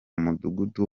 mudugudu